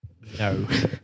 No